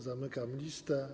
Zamykam listę.